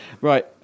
Right